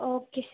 okay